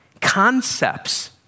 concepts